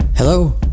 Hello